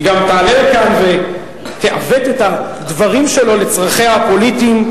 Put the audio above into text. היא גם תעלה כאן ותעוות את הדברים שלו לצרכיה הפוליטיים.